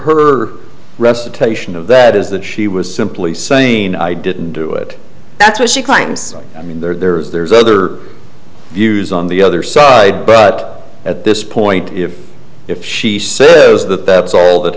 recitation of that is that she was simply saying i didn't do it that's what she claims i mean there's there's other views on the other side but at this point if she says that that's all that